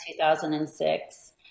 2006